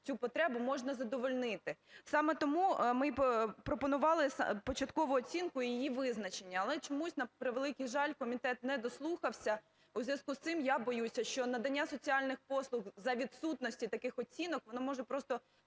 цю потребу можна задовольнити. Саме тому ми пропонували початкову оцінку її визначення. Але чомусь, на превеликий жаль, комітет не дослухався. У зв'язку з цим, я боюся, що надання соціальних послуг за відсутності таких оцінок воно може просто